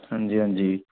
ਹਾਂਜੀ ਹਾਂਜੀ